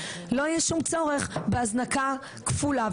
לא יהיה שום צורך בהזנקה כפולה.